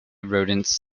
rodents